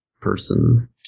Person